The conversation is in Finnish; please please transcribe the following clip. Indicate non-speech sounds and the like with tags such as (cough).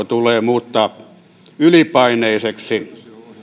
(unintelligible) tulee muuttaa ylipaineiseksi